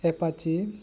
apache